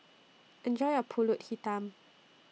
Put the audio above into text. Enjoy your Pulut Hitam